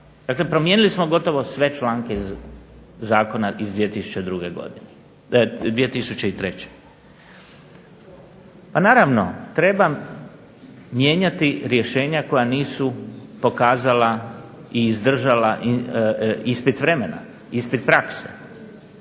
Dakle, promijenili smo gotovo sve članke iz zakona iz 2003. godine. Pa naravno treba mijenjati rješenja koja nisu pokazala i izdržala ispit vremena, ispit prakse.